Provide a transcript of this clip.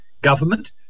government